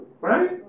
Right